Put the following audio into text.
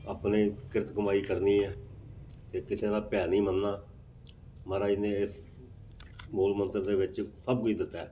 ਆਪਣੇ ਕਿਰਤ ਕਮਾਈ ਕਰਨੀ ਹੈ ਅਤੇ ਕਿਸੇ ਦਾ ਭੈ ਨਹੀਂ ਮੰਨਣਾ ਮਹਾਰਾਜ ਨੇ ਇਸ ਮੂਲ ਮੰਤਰ ਦੇ ਵਿੱਚ ਸਭ ਕੁਝ ਦਿੱਤਾ ਹੈ